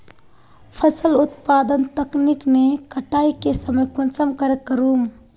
फसल उत्पादन तकनीक के कटाई के समय कुंसम करे करूम?